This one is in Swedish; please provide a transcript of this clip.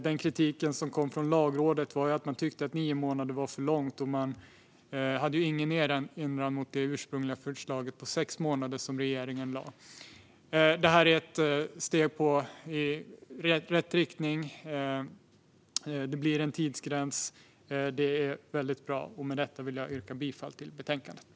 Den kritik som kom från Lagrådet var att det tyckte att nio månader var för långt. Det hade inte någon erinran mot det ursprungliga förslaget på sex månader som regeringen lade fram. Detta är ett steg i rätt riktning. Det blir en tidsgräns, och det är väldigt bra. Med det yrkar jag bifall till utskottets förslag i betänkandet.